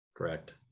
Correct